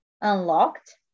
unlocked